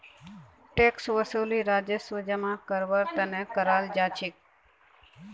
tax वसूली राजस्व जमा करवार तने कराल जा छे